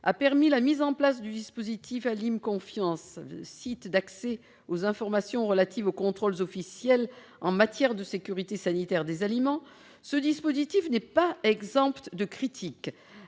a permis la mise en place du dispositif Alim'confiance, site permettant d'accéder aux informations relatives aux contrôles officiels en matière de sécurité sanitaire des aliments, ce dispositif n'est pas exempt de critiques